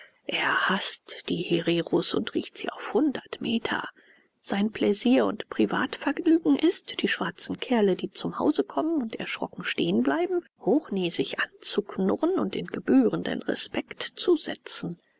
er haßt die hereros und riecht sie auf hundert meter sein pläsier und privatvergnügen ist die schwarzen kerle die zum hause kommen und erschrocken stehen bleiben hochnäsig anzuknurren und in gebührenden respekt zu setzen